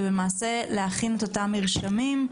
ולהכין את המרשמים.